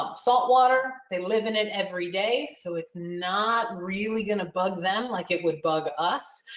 um saltwater, they live in it every day. so it's not really going to bug them like it would bug us,